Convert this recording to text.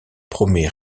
promet